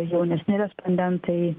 jaunesni respondentai